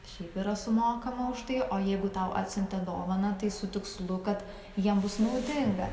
šiaip yra sumokama už tai o jeigu tau atsiuntė dovaną tai su tikslu kad jiem bus naudinga